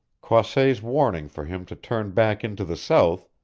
croisset's warning for him to turn back into the south,